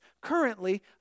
currently